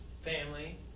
family